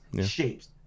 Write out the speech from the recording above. shapes